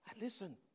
listen